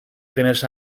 primers